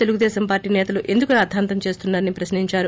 Telugu Desam party నేతలు ఎందుకు రాద్దాంతం చేస్తున్నారని ప్రశ్నించారు